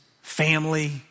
family